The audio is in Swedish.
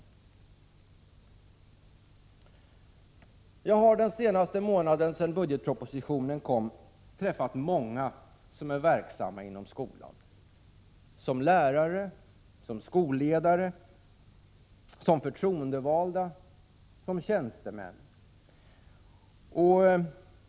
1986/87:64 Jag har den senaste månaden sedan budgetpropositionen framlades träffat — 4 februari 1987 många som är verksamma inom skolan som lärare, som skolledare, som förtroendevalda, som tjänstemän.